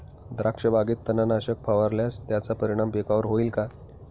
द्राक्षबागेत तणनाशक फवारल्यास त्याचा परिणाम पिकावर होईल का?